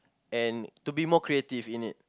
and to be more creative in it